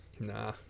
Nah